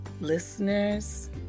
Listeners